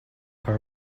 her